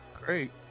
Great